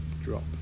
drop